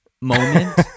moment